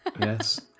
yes